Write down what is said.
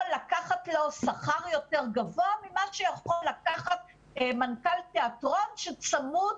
לקחת לו שכר יותר גבוה ממה שיכול לקחת מנכ"ל תיאטרון שצמוד